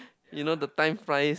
you know the time flies